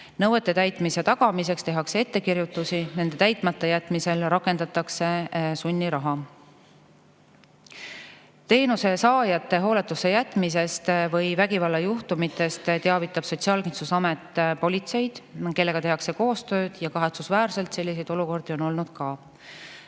Nõuete täitmise tagamiseks tehakse ettekirjutusi, nende täitmata jätmisel rakendatakse sunniraha. Teenuse saajate hooletusse jätmisest või vägivallajuhtumitest teavitab Sotsiaalkindlustusamet politseid, kellega tehakse koostööd. Kahetsusväärselt selliseid olukordi on tõesti